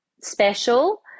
special